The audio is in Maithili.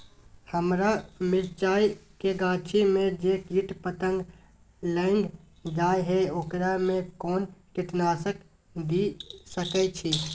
हमरा मिर्चाय के गाछी में जे कीट पतंग लैग जाय है ओकरा में कोन कीटनासक दिय सकै छी?